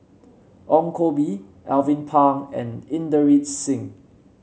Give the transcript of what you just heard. Ong Koh Bee Alvin Pang and Inderjit Singh